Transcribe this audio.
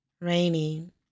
raining